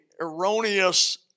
erroneous